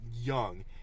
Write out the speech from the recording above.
young